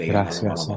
Gracias